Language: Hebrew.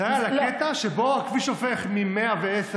זה היה על הקטע שבו הכביש הופך מ-110 קמ"ש,